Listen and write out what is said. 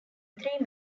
three